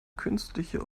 künstliche